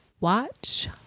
watch